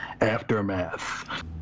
Aftermath